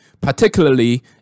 particularly